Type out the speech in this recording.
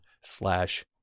slash